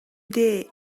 дээ